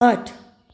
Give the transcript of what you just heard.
आठ